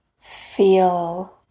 feel